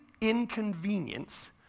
inconvenience